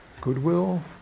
goodwill